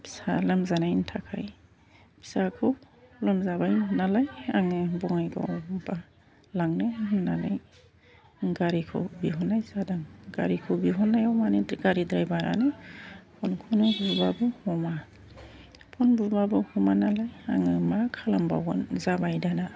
फिसा लोमजानायनि थाखाय फिसाखौ लोमजाबाय नालाय आङो बङाइगावआव लांनो होननानै गारिखौ बिहरनाय जादों गारिखौ बिहरनायाव माने गारि द्राइभारआनो फ'नखौनो बुबाबो हमा फ'न बुबाबो हमा नालाय आङो मा खालामबावगोन जाबाय दाना